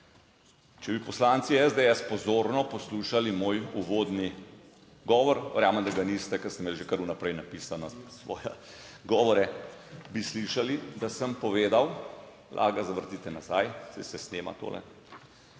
Če bi poslanci SDS pozorno poslušali moj uvodni govor - verjamem da ga niste, ker sem imel že kar vnaprej napisane svoje govore - bi slišali, da sem povedal - lahko ga zavrtite nazaj, saj se snema tole